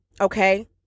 Okay